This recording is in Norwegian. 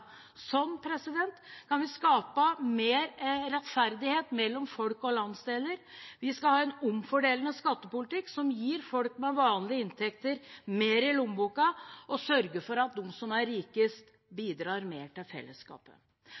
Sånn kan vi skape mer rettferdighet mellom folk og landsdeler. Vi skal ha en omfordelende skattepolitikk som gir folk med vanlige inntekter mer i lommeboken, og sørger for at de som er rikest, bidrar mer til fellesskapet.